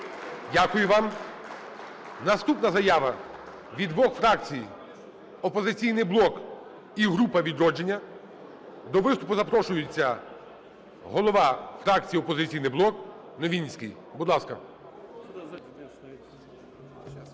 Дякую вам. Наступна заява від двох фракцій – "Опозиційний блок" і група "Відродження". До виступу запрошується голова фракції "Опозиційний блок" Новинський. Будь ласка.